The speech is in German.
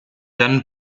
dann